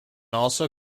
also